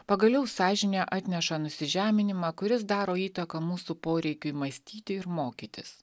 pagaliau sąžinė atneša nusižeminimą kuris daro įtaką mūsų poreikiui mąstyti ir mokytis